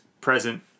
present